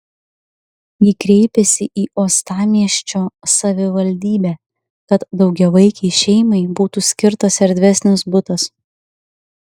ji kreipėsi į uostamiesčio savivaldybę kad daugiavaikei šeimai būtų skirtas erdvesnis butas